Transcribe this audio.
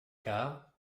quart